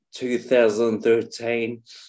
2013